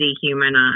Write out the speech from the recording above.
dehumanized